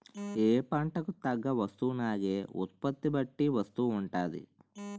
ఏ పంటకు తగ్గ వస్తువునాగే ఉత్పత్తి బట్టి వస్తువు ఉంటాది